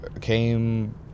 came